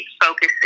focus